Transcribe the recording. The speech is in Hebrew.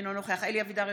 אינו נוכח אלי אבידר,